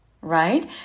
right